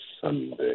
Sunday